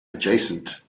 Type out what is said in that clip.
adjacent